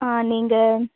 ஆ நீங்கள்